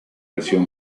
versión